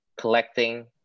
collecting